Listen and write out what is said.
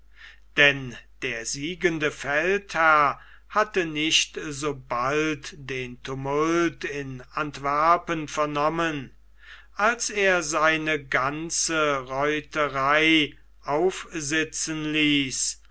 denn der siegende feldherr hatte nicht sobald den tumult in antwerpen vernommen als er seine ganze reiterei aufsitzen ließ